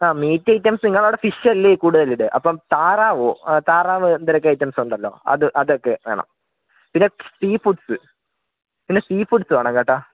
ആ meat items നിങ്ങളുടെ അവിടെ ഫിഷ് അല്ലെങ്കിൽ കൂടുതൽ ഇത് അപ്പം താറാവോ താറാവ് എന്തൊക്കെ ഐറ്റംസ് ഉണ്ടല്ലോ അത് അതൊക്കെ വേണം പിന്നെ സീ ഫുഡ്സ് പിന്നെ സീ ഫുഡ്സ് വേണം കേട്ടോ